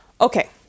Okay